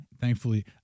thankfully